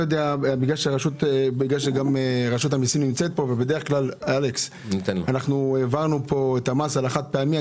בגלל שרשות המיסים נמצאת פה העברנו פה את המס על החד-פעמי.